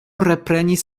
reprenis